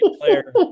player